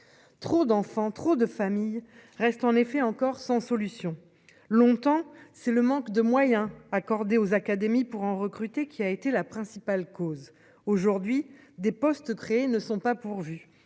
Trop d'enfants, trop de familles reste en effet encore sans solution longtemps c'est le manque de moyens accordés aux académies pour en recruter qui a été la principale cause aujourd'hui des postes créés ne sont pas pourvus,